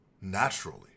Naturally